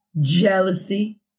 jealousy